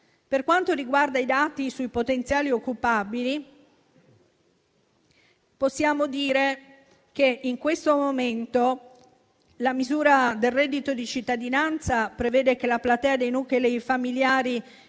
Per quanto riguarda i dati sui potenziali occupabili, possiamo dire che, in questo momento, la misura del reddito di cittadinanza prevede che la platea dei nuclei familiari